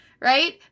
right